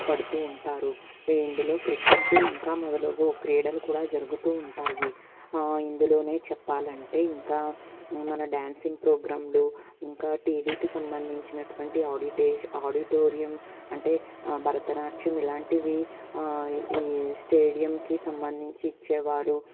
పడుతూ ఉంటారు ఇందులో క్రికెట్ ఇంకా మొదలగు క్రీడలు కూడా జరుగుతూ ఉంటాయి ఇందులోనే చెప్పాలంటే ఇంకా మన డ్యాన్సింగ్ ప్రోగ్రాములు ఇంకా టీవీకి సంబంధించినటువంటి ఆడిటేజ్ ఆడిటోరియం అంటే భరతనాట్యం ఇలాంటివి ఈ స్టేడియంకి సంబంధించి ఇచ్చేవారు